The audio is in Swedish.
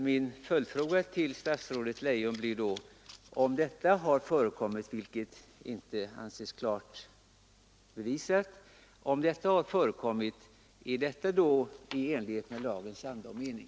Min följdfråga till statsrådet Leijon blir då: Om sådant har förekommit, vilket inte anses klart bevisat, är då detta i enlighet med lagens anda och mening?